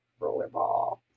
Rollerball